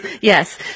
yes